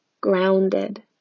grounded